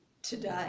today